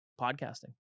podcasting